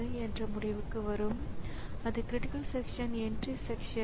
மேலும் நினைவகத்தை அணுகுவதற்காக அவைகளுக்கு இடையே போராட்டம் இருக்கும்